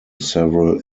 several